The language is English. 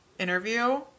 Interview